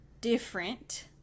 different